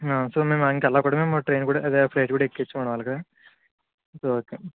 so మేము ఇంకా అలా కూడా మా ట్రైన్ ఫ్లైట్ కూడా ఎక్కేయచ్చు మనం అలాగా సో ఓకే